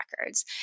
records